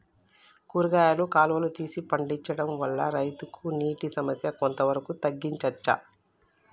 కూరగాయలు కాలువలు తీసి పండించడం వల్ల రైతులకు నీటి సమస్య కొంత వరకు తగ్గించచ్చా?